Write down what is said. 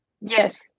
Yes